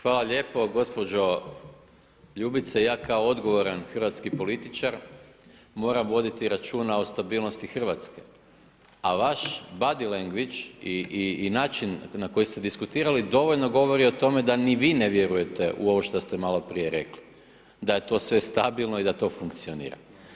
Hvala lijepo gospođo Ljubice, ja kao odgovoran hrvatski političar, moram voditi računa o stabilnosti Hrvatske, a vaš body language i način na koji ste diskutirali, dovoljno govori o tome da ni vi ne vjerujete o ovo što ste maloprije rekli, da je to sve stabilno i da to funkcionira.